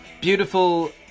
Beautiful